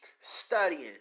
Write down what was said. studying